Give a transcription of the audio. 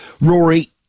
Rory